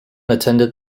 attended